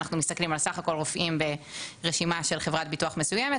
אנחנו מסתכלים על סך הכול רופאים ברשימה של חברת ביטוח מסוימת,